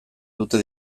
dute